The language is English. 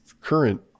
current